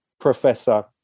Professor